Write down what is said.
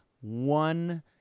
one